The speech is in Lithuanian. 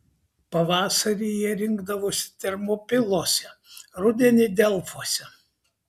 pavasarį jie rinkdavosi termopiluose rudenį delfuose